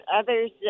others